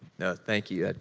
thank you,